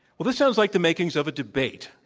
well, this sounds like the makings of a debate.